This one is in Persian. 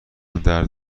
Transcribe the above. درد